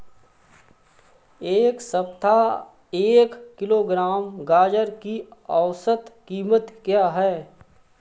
इस सप्ताह एक किलोग्राम गाजर की औसत कीमत क्या है?